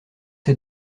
ces